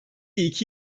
iki